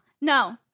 No